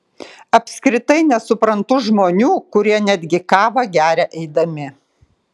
apskritai nesuprantu žmonių kurie netgi kavą geria eidami